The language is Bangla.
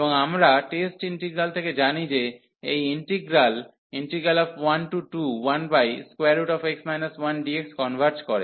এবং আমরা টেস্ট ইন্টিগ্রাল থেকে জানি যে এই ইন্টিগ্রাল 121x 1dx কনভার্জ করে